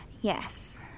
Yes